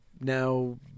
now-